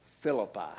Philippi